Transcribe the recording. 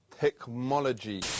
technology